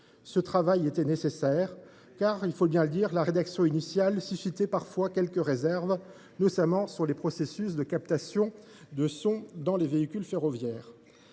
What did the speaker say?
Ce travail était nécessaire tant – il faut bien le dire – la rédaction initiale pouvait susciter quelques réserves, notamment sur les processus de captation des sons dans les véhicules ferroviaires.